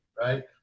right